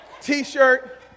T-shirt